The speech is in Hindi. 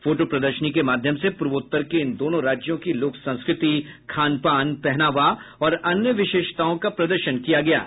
फोटो प्रदर्शनी के माध्यम से पूर्वोत्तर के इन दोनों राज्यों की लोक संस्कृति खानपान पहनावा और अन्य विशेषताओं का प्रदर्शन किया गया है